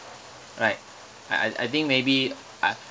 right I I I think maybe I